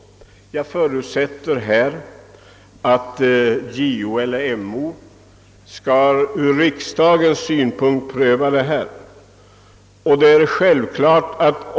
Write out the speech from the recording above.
Jag förutsätter att MO kommer att pröva saken ur riksdagens synpunkt.